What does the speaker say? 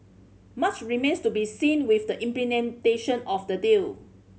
much remains to be seen with the implementation of the deal